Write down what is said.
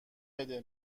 بده